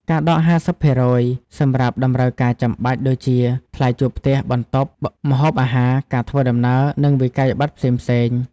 ការដក 50% សម្រាប់តម្រូវការចាំបាច់ ដូចជាថ្លៃជួលផ្ទះ/បន្ទប់ ម្ហូបអាហារ ការធ្វើដំណើរ និងវិក្កយបត្រផ្សេងៗ។